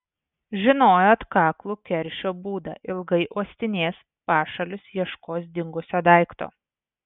žinojo atkaklų keršio būdą ilgai uostinės pašalius ieškos dingusio daikto